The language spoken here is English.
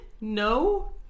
no